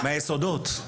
מהיסודות,